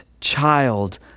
child